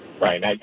Right